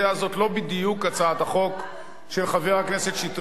זאת לא בדיוק הצעת החוק של חבר הכנסת שטרית.